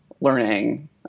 learning